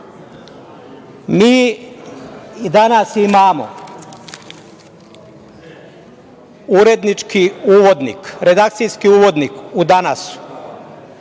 i danas imamo urednički uvodnik, redakcijski uvodnik u „Danas“